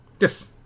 Yes